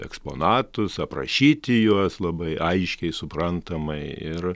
eksponatus aprašyti juos labai aiškiai suprantamai ir